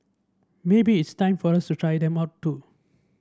maybe it's time for us try them out too